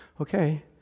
Okay